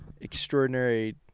extraordinary